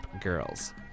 girls